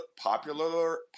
popular